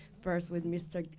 first with mr.